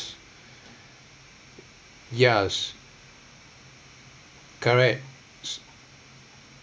yes correct